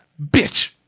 Bitch